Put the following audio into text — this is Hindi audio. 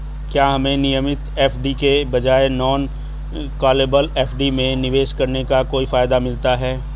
क्या हमें नियमित एफ.डी के बजाय नॉन कॉलेबल एफ.डी में निवेश करने का कोई फायदा मिलता है?